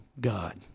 God